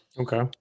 okay